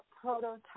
prototype